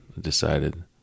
decided